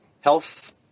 health